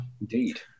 indeed